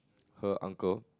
her uncle